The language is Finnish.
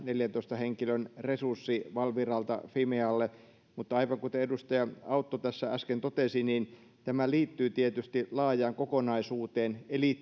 neljäntoista henkilön resurssi valviralta fimealle mutta aivan kuten edustaja autto tässä äsken totesi niin tämä liittyy tietysti laajaan kokonaisuuteen eli